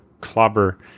clobber